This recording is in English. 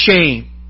shame